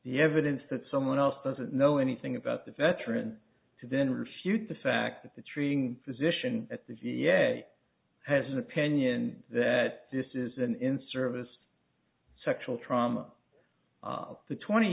the evidence that someone else doesn't know anything about the veteran today in refute the fact that the treating physician at the v a has an opinion that this is an in service sexual trauma the twenty